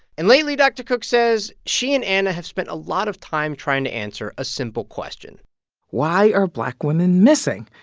and lately, dr. cook says, she and anna have spent a lot of time trying to answer a simple question why are black women missing?